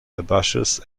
herbaceous